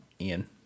Ian